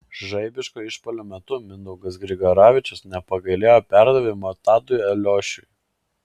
žaibiško išpuolio metu mindaugas grigaravičius nepagailėjo perdavimo tadui eliošiui